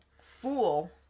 fool